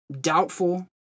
doubtful